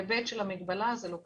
בהיבט של המגבלה זה לא קיים.